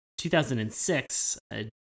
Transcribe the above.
2006